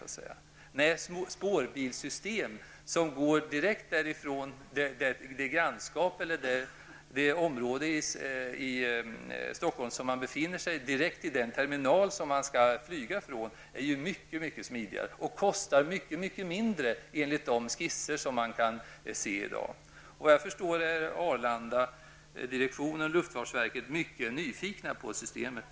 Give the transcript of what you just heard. Ett spårbilssystem som utgår från det område i Stockholm som man befinner sig i direkt till den terminal som man skall flyga ifrån skulle vara mycket smidigare och kosta mycket mindre enligt de skisser som finns i dag. Enligt vad jag förstår är Arlandadirektionen och luftfartsverket mycket nyfikna på systemet.